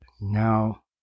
Now